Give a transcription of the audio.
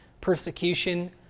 persecution